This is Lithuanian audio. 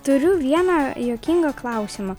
turiu vieną juokingą klausimą